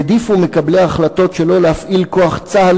העדיפו מקבלי ההחלטות שלא להפעיל כוח צה"ל